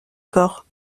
corps